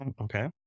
Okay